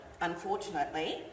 unfortunately